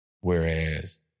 Whereas